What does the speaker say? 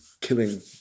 killing